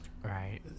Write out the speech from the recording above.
Right